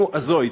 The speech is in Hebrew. נו, אזוי.